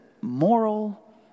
moral